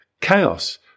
chaos